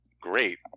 great